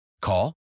Call